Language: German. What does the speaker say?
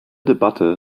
debatte